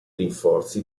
rinforzi